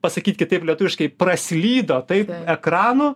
pasakyt kitaip lietuviškai praslydo tai ekranu